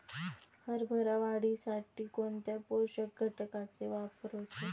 हरभरा वाढीसाठी कोणत्या पोषक घटकांचे वापर होतो?